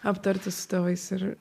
aptarti su tėvais ir